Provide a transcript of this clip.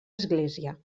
església